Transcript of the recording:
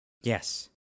Yes